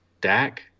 Dak